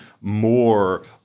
more